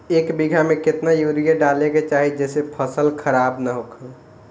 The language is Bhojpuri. एक बीघा में केतना यूरिया डाले के चाहि जेसे फसल खराब ना होख?